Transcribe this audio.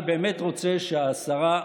אני באמת רוצה שהשרה,